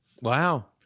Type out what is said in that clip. Wow